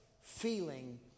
feeling